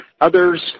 Others